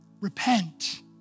repent